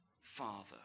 Father